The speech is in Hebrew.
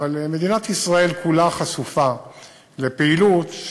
מדינת ישראל כולה חשופה לפעילות,